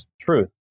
truth